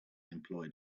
employed